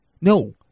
No